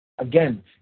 Again